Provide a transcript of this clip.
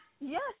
Yes